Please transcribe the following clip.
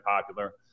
popular